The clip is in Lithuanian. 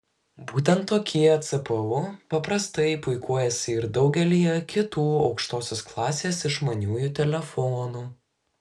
būtent tokie cpu paprastai puikuojasi ir daugelyje kitų aukštosios klasės išmaniųjų telefonų